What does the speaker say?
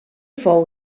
fou